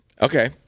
okay